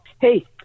hey